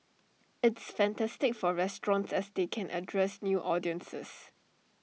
it's fantastic for restaurants as they can address new audiences